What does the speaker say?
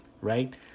right